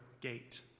gate